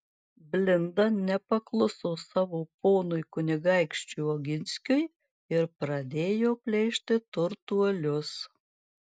blinda nepakluso savo ponui kunigaikščiui oginskiui ir pradėjo plėšti turtuolius